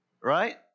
right